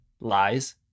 lies